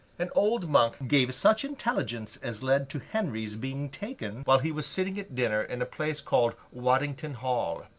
an old monk gave such intelligence as led to henry's being taken while he was sitting at dinner in a place called waddington hall.